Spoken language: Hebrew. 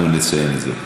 אנחנו נציין את זה.